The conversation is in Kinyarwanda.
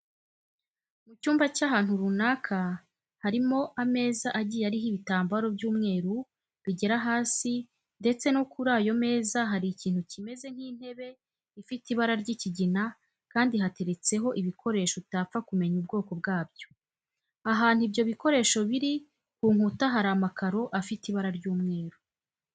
Mu cyumba cy'ahantu runaka harimo ameza agiye ariho ibitambaro by'umweru bigera hasi ndetse kuri ayo meza hari ikintu kimeze nk'intebe ifite ibara ry'ikigina kandi hateretseho ibikoresho utapfa kumenya ubwoko bwabyo. Ahantu ibyo bikoresho biri ku nkuta hari amakaro afite ibara ry'umweru.